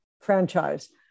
franchise